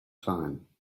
time